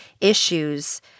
issues